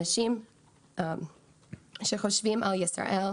אנשים שחושבים על ישראל,